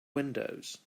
windows